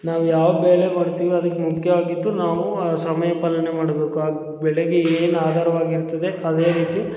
ನಾವು ಯಾವ ಬೆಳೆ ಮಾಡ್ತೀವಿ ಅದಕ್ಕೆ ಮುಖ್ಯವಾಗಿದ್ದು ನಾವು ಆ ಸಮಯಪಾಲನೆ ಮಾಡಬೇಕು ಆ ಬೆಳೆಗೆ ಏನು ಆಧಾರವಾಗಿರ್ತದೆ ಅದೇ ರೀತಿ